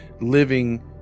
living